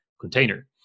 container